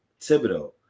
Thibodeau